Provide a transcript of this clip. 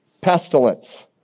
pestilence